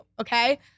okay